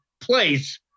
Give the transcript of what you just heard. place